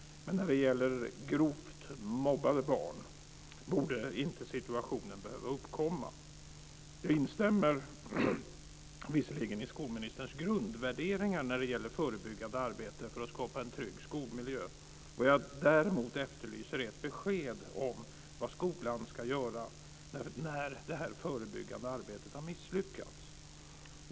Men när det gäller grovt mobbade barn borde inte situationen behöva uppkomma. Jag instämmer visserligen i skolministerns grundvärderingar när det gäller förebyggande arbete för att skapa en trygg skolmiljö. Vad jag däremot efterlyser är ett besked om vad skolan ska göra när det förebyggande arbetet har misslyckats.